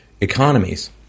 economies